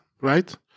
right